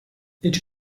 each